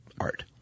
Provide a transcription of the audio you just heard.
art